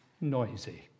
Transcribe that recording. noisy